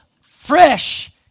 fresh